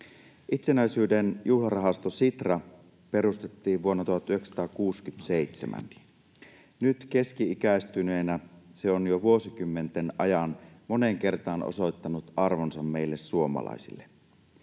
Itsenäisyyden juhlarahasto Sitra perustettiin vuonna 1967. Nyt keski-ikäistyneenä se on jo vuosikymmenten ajan moneen kertaan osoittanut arvonsa meille suomalaisille.